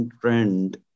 trend